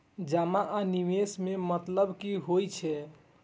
जमा आ निवेश में मतलब कि होई छै?